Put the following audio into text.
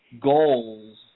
goals